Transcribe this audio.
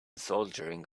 soldering